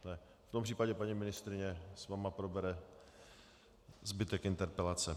V tom případě paní ministryně s vámi probere zbytek interpelace.